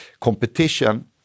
Competition